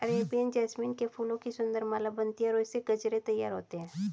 Arabian jasmine के फूलों की सुंदर माला बनती है और इससे गजरे तैयार होते हैं